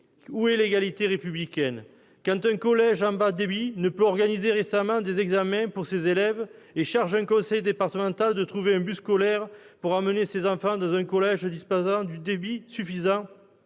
Où est l'égalité républicaine ? Quand un collège en bas débit ne peut organiser décemment des examens pour ses élèves et charge un conseil départemental de trouver un bus scolaire pour amener ces enfants dans un collège disposant du débit suffisant,